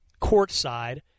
courtside